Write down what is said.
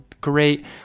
great